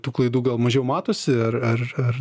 tų klaidų gal mažiau matosi ar ar ar